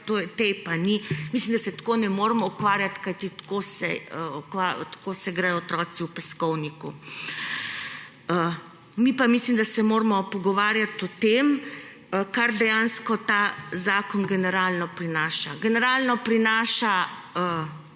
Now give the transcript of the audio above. tej pa ne. Mislim, da se tako ne moremo ukvarjati, kajti tako se gredo otroci v peskovniku. Mislim, da se moramo mi pogovarjati o tem, kar dejansko ta zakon generalno prinaša. Generalno prinaša